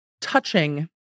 touching